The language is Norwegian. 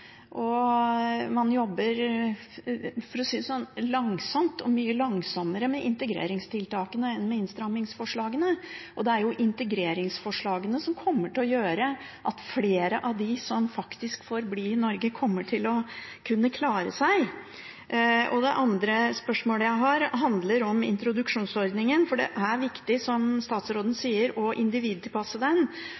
og man jobber – for å si det sånn – langsomt, og mye langsommere med integreringstiltakene enn med innstramningsforslagene, og det er jo integreringsforslagene som kommer til å gjøre at flere av dem som faktisk får bli i Norge, kommer til å kunne klare seg. Det andre spørsmålet jeg har, handler om introduksjonsordningen. Det er viktig, som statsråden